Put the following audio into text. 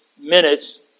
minutes